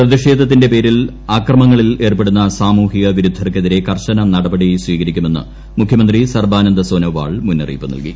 പ്രതിഷേധത്തിന്റെ പേരിൽ അക്രമങ്ങളിൽ ഏർപ്പെടുന്ന സാമൂഹ്യവിരുദ്ധർക്കെതിരെ കർശന നടപടികൾ സ്വീകരിക്കുമെന്ന് മുഖ്യമന്ത്രി സർബാനന്ത് സോനോവാൾ മുന്നറിയിപ്പ് നൽകി